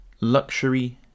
Luxury